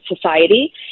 society